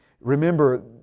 Remember